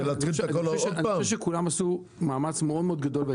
אני חושב שכולם עשו מאמץ מאוד מאוד גדול.